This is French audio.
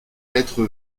lettre